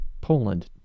Poland